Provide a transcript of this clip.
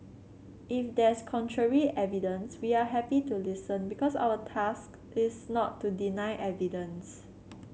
if there's contrary evidence we are happy to listen because our task is not to deny evidence